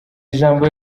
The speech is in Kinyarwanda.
ijambo